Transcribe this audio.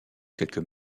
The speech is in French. quelques